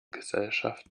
gesellschaft